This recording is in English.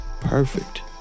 perfect